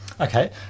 okay